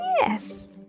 Yes